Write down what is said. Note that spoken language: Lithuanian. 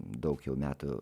daug jau metų